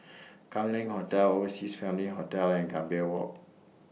Kam Leng Hotel Overseas Family Hotel and Gambir Walk